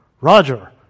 Roger